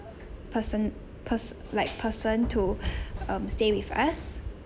person pers~ like person to um stay with us